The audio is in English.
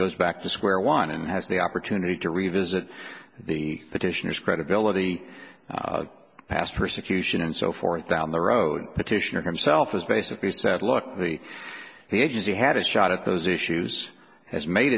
goes back to square one and has the opportunity to revisit the petitioners credibility past persecution and so forth down the road petitioner himself has basically said look the he agency had a shot at those issues has made